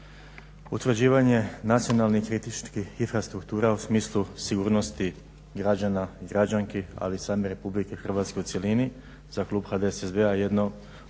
Utvrđivanje nacionalnih kritičnih infrastruktura u smislu sigurnosti građana i građanki ali i same RH u cjelini za klub HDSSB-a je jedno